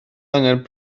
angen